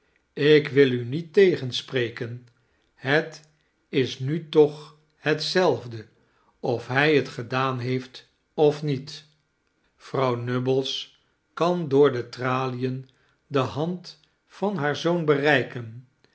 ik wil u niet tegenspreken het is nu toch hetzelfde of hij het gedaan heeft of niet vrouw nubbles kan door de tralien dehand van haar zoon bereiken